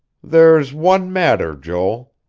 there's one matter, joel.